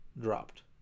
dropped